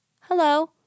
hello